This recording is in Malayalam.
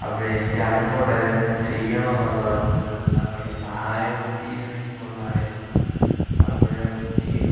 അപ്പോൾ എനിക്കറിഞ്ഞൂ കൂടാ ഇതെങ്ങനെ ചെയ്യണമെന്നുള്ളത് അപ്പോൾ താങ്കളുടെ സഹായം കിട്ടിയിരുന്നെങ്കിൽ കൊള്ളാമായിരുന്നു അപ്പോൾ ഈ